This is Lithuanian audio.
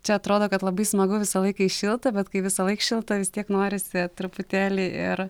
čia atrodo kad labai smagu visąlaik kai šilta bet kai visąlaik šilta vis tiek norisi truputėlį ir